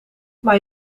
maar